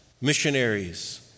missionaries